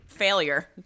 failure